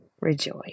rejoice